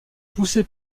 poussés